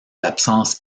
absences